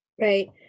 Right